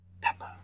Pepper